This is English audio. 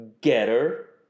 Getter